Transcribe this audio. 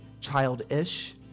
childish